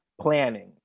planning